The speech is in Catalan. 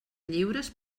lliures